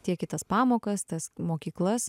tiek į kitas pamokas tas mokyklas